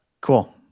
Cool